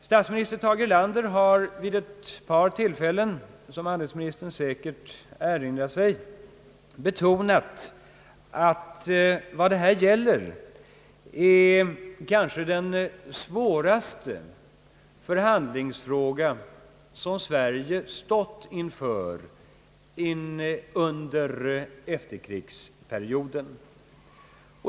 Statsminister Tage Erlander har vid ett par tillfällen, som handelsministern säkert erinrar sig, betonat att vad det här gäller är kanske den svåraste förhandlingsfråga som Sverige stått inför under efterkrigsperioden.